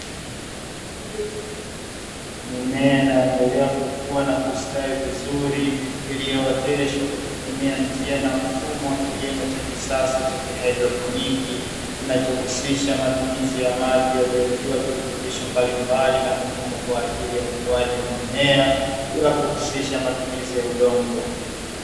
Mimea inaendelea kukua na kustawi vizuri, iliyooteshwa kwa kutumia njia na mfumo wa kilimo cha kisasa cha haidroponi, kinachohusisha matumizi ya maji yaliyotiwa virutubisho mbalimbali na muhimu kwa ajili ya ukuaji wa mimea, bila kuhusisha matumizi ya udongo.